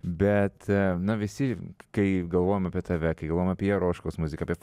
bet na visi kai galvojam apie tave kalbam apie jeroškos muziką apie